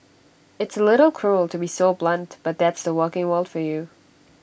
it's A little cruel to be so blunt but that's the working world for you